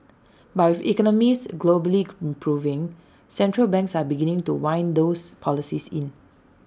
but with economies globally improving central banks are beginning to wind those policies in